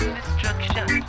Destruction